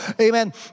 Amen